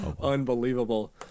unbelievable